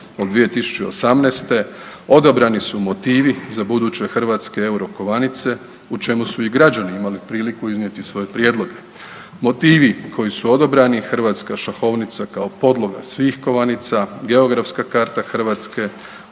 od 2018. odabrani su motivi za buduće hrvatske euro kovanice u čemu su i građani imali priliku iznijeti svoj prijedlog, motivi koji su odabrani hrvatska šahovnica kao podloga svih kovanica, geografska karta Hrvatske,